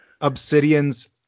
Obsidian's